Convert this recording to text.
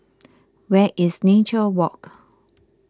where is Nature Walk